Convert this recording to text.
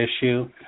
issue